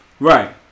Right